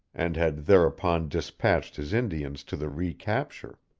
and had thereupon dispatched his indians to the recapture.